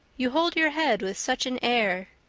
you hold your head with such an air.